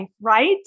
right